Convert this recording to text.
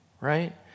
Right